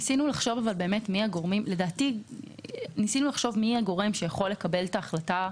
ניסינו לחשוב מי הגורם שיכול לקבל את ההחלטה,